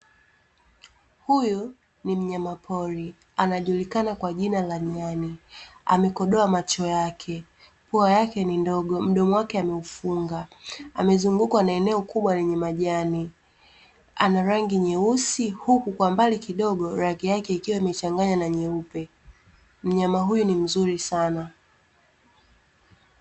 Huyu ni mnyama pori anajulikana kwa jina la nyani amekodoa macho yake pua yake ni ndogo ,mdomo wake ameufunga amezungukwa na eneo kubwa lenye majani. Ana rangi nyeusi huku kwa mbali kidogo rangi yake ikiwa imechanganya na nyeupe, mnyama huyu ni mzuri sana.